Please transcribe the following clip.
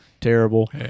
terrible